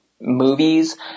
movies